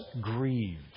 grieved